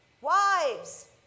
Wives